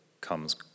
comes